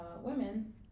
women